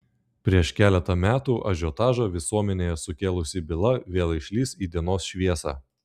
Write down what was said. prieš keletą metų ažiotažą visuomenėje sukėlusi byla vėl išlįs į dienos šviesą